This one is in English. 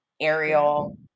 Ariel